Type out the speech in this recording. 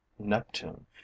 Neptune